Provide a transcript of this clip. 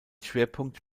schwerpunkt